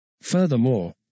Furthermore